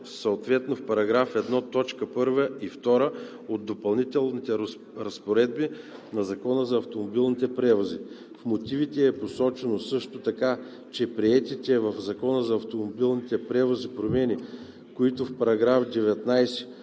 съответно в § 1, т. 1 и 2 от Допълнителните разпоредби на Закона за автомобилните превози. В мотивите е посочено също така, че приетите в Закона за автомобилните превози промени, които в § 19